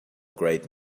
great